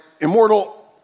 immortal